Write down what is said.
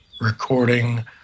recording